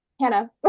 Hannah